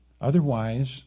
Otherwise